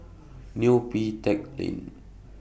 Neo Pee Teck Lane